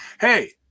Hey